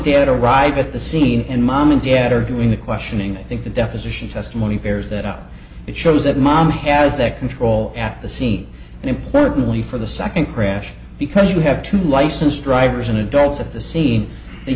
dad arrived at the scene and mom and dad are doing the questioning i think the deposition testimony bears that out it shows that mom has that control at the scene and importantly for the second crash because you have two licensed drivers and adults at the scene they